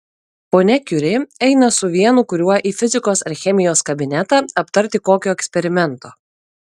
ponia kiuri eina su vienu kuriuo į fizikos ar chemijos kabinetą aptarti kokio eksperimento